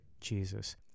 Jesus